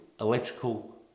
electrical